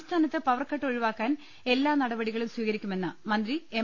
സംസ്ഥാനത്ത് പവർകട്ട് ഒഴിവാക്കാൻ എല്ലാ നടപടികളും സ്വീകരിക്കുമെന്ന് മന്ത്രി എം